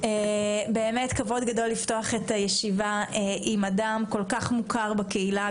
באמת כבוד גדול לפתוח את הישיבה עם אדם כל כך מוכר בקהילה,